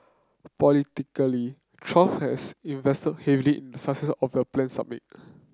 politically Trump has invested heavily success of the planned summit